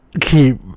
keep